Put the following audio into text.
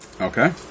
Okay